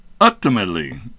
ultimately